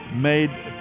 made